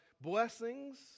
blessings